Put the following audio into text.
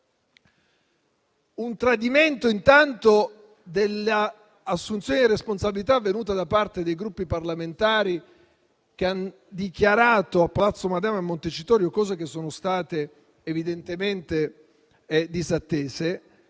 un tradimento intanto dell'assunzione di responsabilità avvenuta da parte dei Gruppi parlamentari che hanno dichiarato a Palazzo Madama e Montecitorio cose che sono state evidentemente disattese.